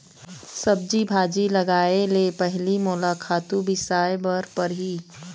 सब्जी भाजी लगाए ले पहिली मोला खातू बिसाय बर परही